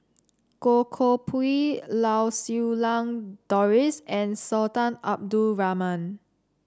Goh Koh Pui Lau Siew Lang Doris and Sultan Abdul Rahman